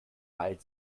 weil